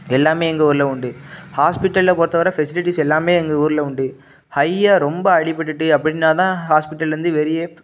எல்லாம் எங்கள் ஊரில் உண்டு ஹாஸ்பிட்டலை பொறுத்தை வர ஃபெசிலிட்டிஸ் எல்லாம் எங்கள் ஊரில் உண்டு ஹையா ரொம்ப அடிபட்டுட்டு அப்படின்னா தான் ஹாஸ்பிட்டலை இருந்து வெளியே